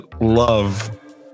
love